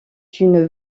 une